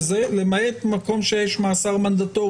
בעת מתן גזר הדין,